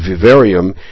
vivarium